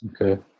Okay